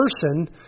person